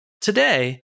Today